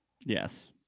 Yes